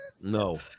No